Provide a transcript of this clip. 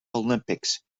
olympics